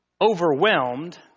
overwhelmed